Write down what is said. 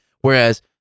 whereas